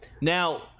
Now